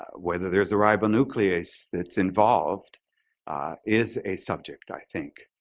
whether there's a ribonuclease that's involved is a subject, i think,